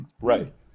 Right